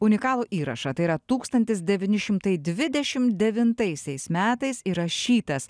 unikalų įrašą tai yra tūkstantis devyni šimtai dvidešim devintaisiais metais įrašytas